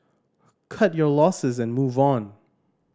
cut your losses and move on